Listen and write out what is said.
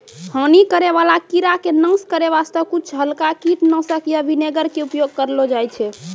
हानि करै वाला कीड़ा के नाश करै वास्तॅ कुछ हल्का कीटनाशक या विनेगर के उपयोग करलो जाय छै